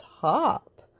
top